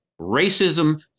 racism